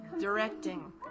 directing